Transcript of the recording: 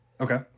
Okay